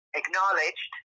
acknowledged